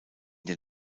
den